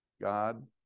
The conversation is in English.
God